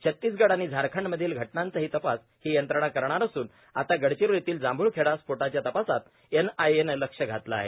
छत्तीसगड आणि झारखंडमधील घटनांचाही तपास ही यंत्रणा करणार असूनर आता गडचिरोलीतील जांभूळखेडा स्पोटाच्या तपासात एनआयएनं लक्ष घातलं आहे